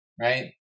right